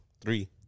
Three